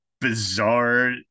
bizarre